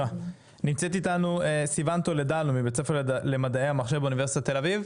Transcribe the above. נמצאת איתנו סיון טולדו מבית הספר למדעי המחשב באוניברסיטת תל אביב.